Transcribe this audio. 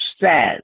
sad